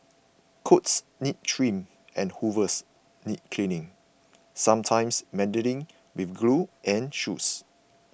coats need trims and hooves need cleaning sometimes mending with glue and shoes